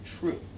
true